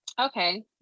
Okay